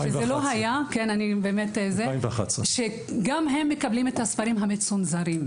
2011. גם הם מקבלים את הספרים המצונזרים,